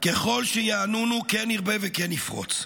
ככל שיענונו, כן נרבה וכן נפרוץ.